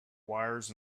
wires